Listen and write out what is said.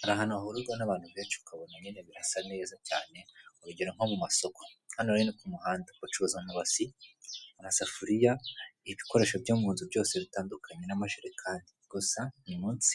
Hari ahantu hahurirwa n'abantu benshi ukabona nyine birasa neza cyane, urugero nko mu masoko hano rero ni ku muhanda bacuruza amabasi, amasafuriya, ibikoresho byo mu nzu byose bitandukanye, n'amajerekani. Gusa ni munsi